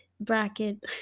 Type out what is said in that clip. bracket